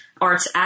arts